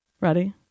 Ready